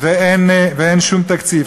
ואין שום תקציב.